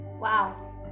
Wow